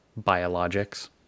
biologics